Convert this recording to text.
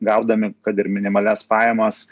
gaudami kad ir minimalias pajamas